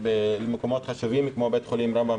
--- במקומות חשובים כמו בית חולים רמב"ם,